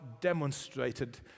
demonstrated